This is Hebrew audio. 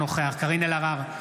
אינו נוכח קארין אלהרר,